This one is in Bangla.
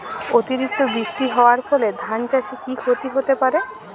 অতিরিক্ত বৃষ্টি হওয়ার ফলে ধান চাষে কি ক্ষতি হতে পারে?